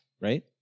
right